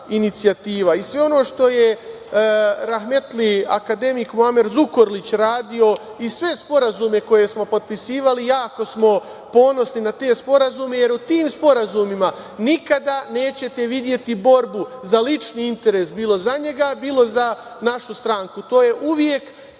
inicijativa i sve ono što je rahmetli akademik Muamer Zukorlić radio i sve sporazume koje smo potpisivali jako smo ponosni na te sporazume jer u tim sporazumima nikada neće videti borbu za lični interes, bilo za njega, bilo za našu stranku. To je uvek